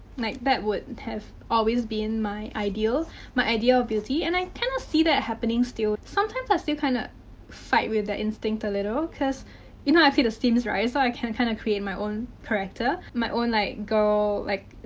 like, that would have always been my ideal my idea of beauty. and i kinda see that happening still. sometimes, i still kind of fight with the instinct a little. cause, you know i play the sims, right? so, i can kinda create my own character. my own, like. girl. like,